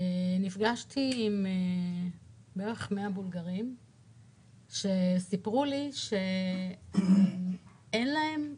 נפגשתי עם בולגרים שסיפרו לי שאין להם מורשת.